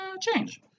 change